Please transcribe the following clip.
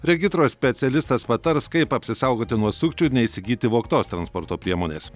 regitros specialistas patars kaip apsisaugoti nuo sukčių ir neįsigyti vogtos transporto priemonės